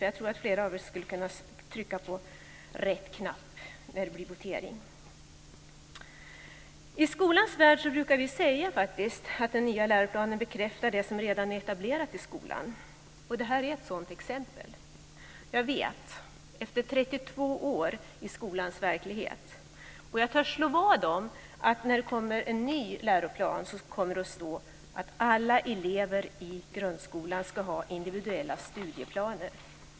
Jag tror att flera av er skulle kunna trycka på rätt knapp när det blir votering. I skolans värld brukar vi säga att de nya läroplanerna bekräftar det som redan är etablerat i skolan. Detta är ett sådant exempel. Efter 32 år i skolans verklighet vet jag det, och jag törs slå vad om att när det kommer en ny läroplan kommer det att stå att alla elever i grundskolan ska ha individuella studieplaner.